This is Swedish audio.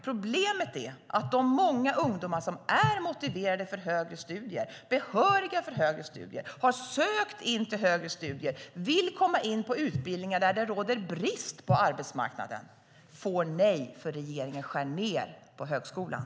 Problemet är att de många ungdomar som är motiverade till och behöriga för samt har sökt högre studier - de som vill komma in på utbildningar där det råder brist på arbetsmarknaden - får nej, för regeringen skär ned på högskolan.